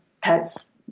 pets